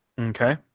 Okay